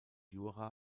jura